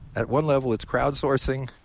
at one level it's crowdsourcing.